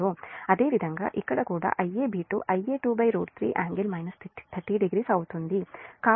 అదేవిధంగా ఇక్కడ కూడా Iab2Ia23 ∟ 300 అవుతుంది